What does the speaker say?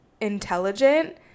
intelligent